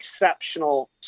exceptional